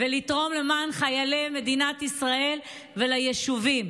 ולתרום למען חיילי מדינת ישראל וליישובים.